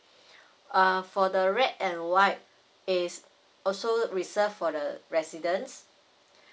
err for the red and white is also reserved for the resident